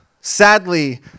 sadly